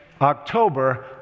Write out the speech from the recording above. October